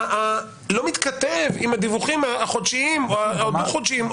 לא מתכתב עם הדיווחים החודשיים או הדו-חודשיים,